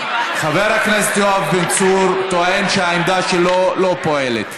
חבר הכנסת יואב בן צור טוען שהעמדה שלו לא פועלת,